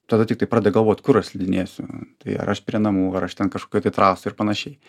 tada tiktai pradeda galvot kur aš slidinėsiu tai ar aš prie namų ar aš ten kažkokioj ten trasoj ir panašiai